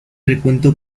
recuento